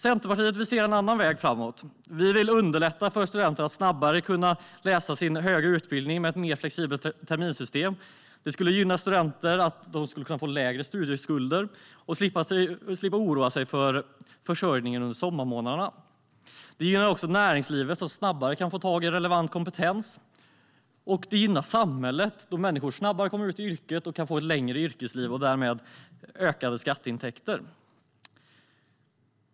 Centerpartiet vill se en annan väg framåt. Vi vill underlätta för studenter att snabbare kunna läsa sin högre utbildning med ett mer flexibelt terminssystem. Det skulle gynna studenter. De skulle kunna få lägre studieskulder och slippa oroa sig för försörjningen under sommarmånaderna. Det gynnar också näringslivet, som snabbare kan få tag i relevant kompetens. Och det gynnar samhället, då människor snabbare kommer ut på arbetsmarknaden och kan få ett längre yrkesliv. Därmed blir det ökade skatteintäkter.